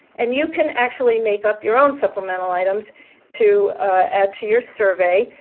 and you can actually make up your own supplemental items to add to your survey.